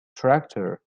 tractor